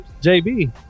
JB